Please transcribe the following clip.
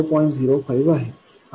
05 आहे आता 0